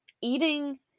eating